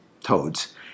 toads